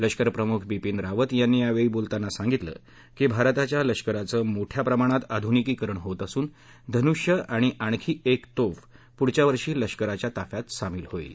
लष्कर प्रमुख बिपीन रावत यांनी यावेळी बोलताना सांगितलं की भारताच्या लष्कराचं मोठया प्रमाणात आधुनिकीकरण होत असून धनुष्य आणि आणखी एक तोफ पुढच्या वर्षी लष्कराच्या ताफ्यात सामील होईल